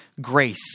grace